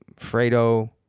Fredo